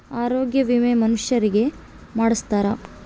ಆರೊಗ್ಯ ವಿಮೆ ಮನುಷರಿಗೇ ಮಾಡ್ಸ್ತಾರ